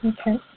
Okay